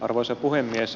arvoisa puhemies